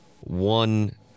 one